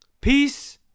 Peace